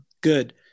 good